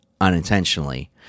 unintentionally